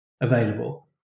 available